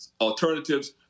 alternatives